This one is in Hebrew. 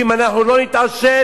ואם אנחנו לא נתעשת